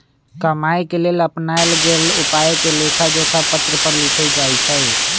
कमाए के लेल अपनाएल गेल उपायके लेखाजोखा पत्र पर लिखल जाइ छइ